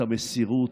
את המסירות.